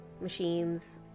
machines